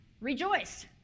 rejoice